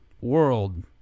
world